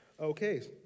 Okay